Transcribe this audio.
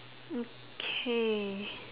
okay